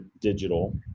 digital